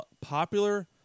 popular